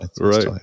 right